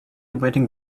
waiting